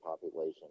population